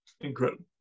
incredible